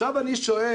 עכשיו אני שואל